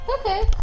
Okay